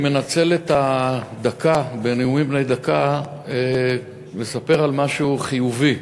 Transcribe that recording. אני מנצל את הדקה בנאומים בני דקה לספר על משהו חיובי.